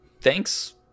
Thanks